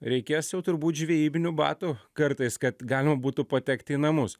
reikės jau turbūt žvejybinių batų kartais kad galima būtų patekti į namus